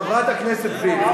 חברת הכנסת וילף,